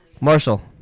Marshall